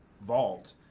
vault